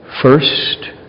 first